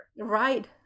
right